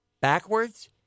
backwards